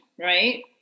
right